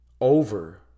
over